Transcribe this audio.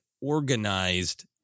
organized